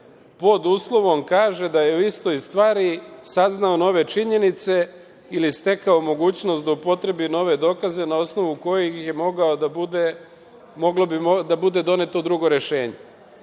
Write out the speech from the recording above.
pod uslovom, kaže - da je o istoj stvari saznao nove činjenice ili stekao mogućnost da upotrebi nove dokaze na osnovu kojih bi moglo da bude doneto drugo rešenje. Ovaj